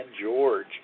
George